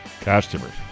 customers